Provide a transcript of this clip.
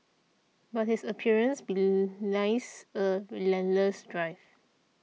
but his appearance belies a relentless drive